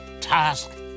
task